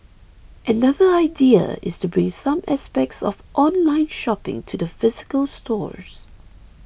another idea is to bring some aspects of online shopping to the physical stores